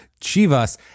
Chivas